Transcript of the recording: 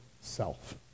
self